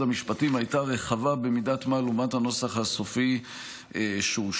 המשפטים הייתה רחבה במידת מה לעומת הנוסח הסופי שאושר,